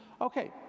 okay